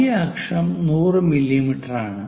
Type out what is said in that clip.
വലിയ അക്ഷം 100 മില്ലീമീറ്ററാണ്